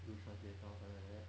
do translation or something like that